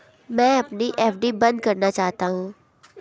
मैं अपनी एफ.डी बंद करना चाहता हूँ